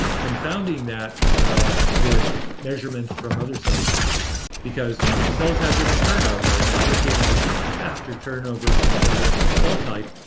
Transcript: confounding that with measurements from other cell types because cells have different turnover and if you're getting a faster turn over from another cell type,